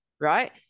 Right